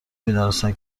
میدانستم